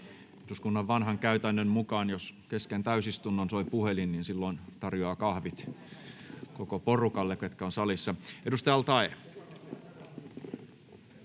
Eduskunnan vanhan käytännön mukaan, jos kesken täysistunnon soi puhelin, niin silloin tarjoaa kahvit koko porukalle, niille ketkä ovat salissa. [Speech 100]